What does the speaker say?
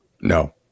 No